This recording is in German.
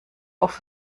auf